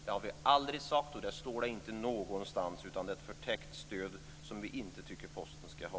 Det har vi aldrig sagt, och det står inte någonstans, utan det är ett förtäckt stöd som vi inte tycker att Posten ska ha.